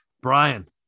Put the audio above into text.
Brian